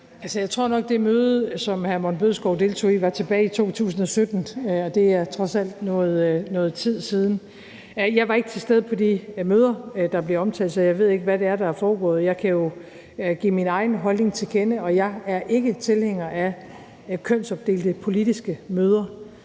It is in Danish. Jeg tror nok, at det møde, hr. Morten Bødskov deltog i, var tilbage i 2017, og det er trods alt noget tid siden. Jeg var ikke til stede på de møder, der bliver omtalt, så jeg ved ikke, hvad det er, der er foregået. Jeg kan jo give min egen holdning til kende, og jeg er ikke tilhænger af kønsopdelte politiske møder.